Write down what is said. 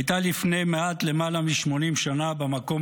הייתה לפני מעט למעלה מ-80 שנה במקום